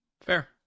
Fair